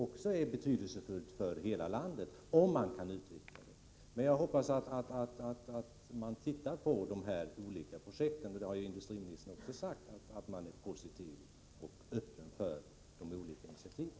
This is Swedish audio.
Det är betydelsefullt för hela landet om vi kan få en sådan utveckling. Jag hoppas att man studerar dessa olika projekt. Industriministern har också sagt att han är positiv till och öppen för initiativ.